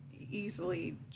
easily